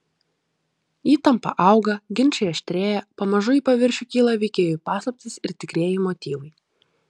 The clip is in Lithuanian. įtampa auga ginčai aštrėja pamažu į paviršių kyla veikėjų paslaptys ir tikrieji motyvai